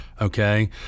okay